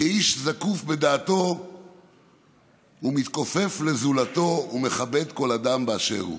כאיש זקוף בדעתו ומתכופף לזולתו ומכבד כל אדם באשר הוא.